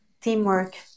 teamwork